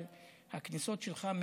אבל הכניסות שלך מרתקות.